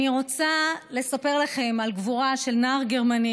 אני רוצה לספר לכם על גבורה של נער גרמני